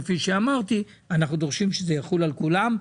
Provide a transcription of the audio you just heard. כפי שאמרתי יחול על כולם,